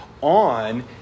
on